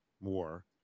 more